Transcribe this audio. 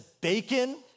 bacon